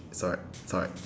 it's alright it's alright